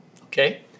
okay